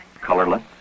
colorless